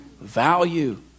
value